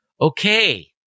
okay